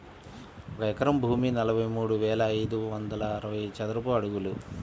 ఒక ఎకరం భూమి నలభై మూడు వేల ఐదు వందల అరవై చదరపు అడుగులు